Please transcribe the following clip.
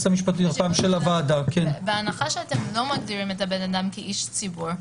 אתה לא הסברת לנו למה הבן אדם הזה הוא איש ציבור.